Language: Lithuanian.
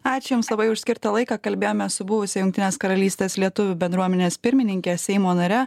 ačiū jums labai už skirtą laiką kalbėjome su buvusia jungtinės karalystės lietuvių bendruomenės pirmininkė seimo nare